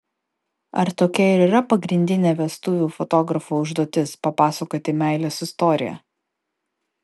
ar tokia ir yra pagrindinė vestuvių fotografo užduotis papasakoti meilės istoriją